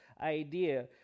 idea